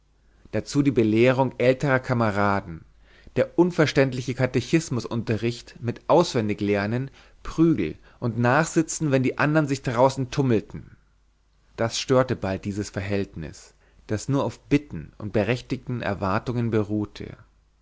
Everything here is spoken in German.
dazu die belehrung älterer kameraden der unverständliche katechismusunterricht mit auswendig lernen prügel und nachsitzen wenn die andern sich draußen tummelten das störte bald dieses verhältnis das nur auf bitten und berechtigten erwartungen beruhte